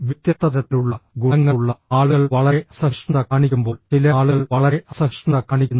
വ്യത്യസ്ത തരത്തിലുള്ള ഗുണങ്ങളുള്ള ആളുകൾ വളരെ അസഹിഷ്ണുത കാണിക്കുമ്പോൾ ചില ആളുകൾ വളരെ അസഹിഷ്ണുത കാണിക്കുന്നു